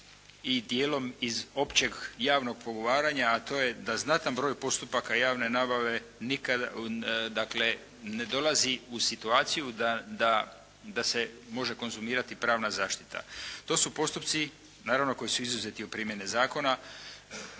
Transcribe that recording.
i dijelom iz općeg javnog pogovaranja a to je da znatan broj postupaka javne nabave dakle, ne dolazi u situaciju da se može konzumirati pravna zaštita. To su postupci, naravno koji su izuzeti o primjene zakona.